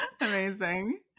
amazing